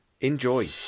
Enjoy